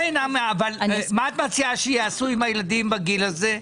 מה את מציעה שיעשו עם הילדים בגיל הזה?